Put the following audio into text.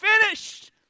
finished